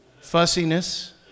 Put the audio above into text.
Fussiness